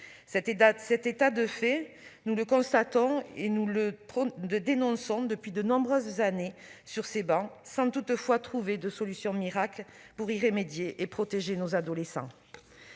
Cet état de fait, nous le constatons et nous le dénonçons depuis de nombreuses années sur ces travées, sans toutefois trouver de solution miracle pour y remédier et protéger nos adolescents.